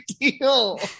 deal